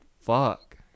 Fuck